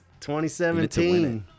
2017